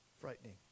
Frightening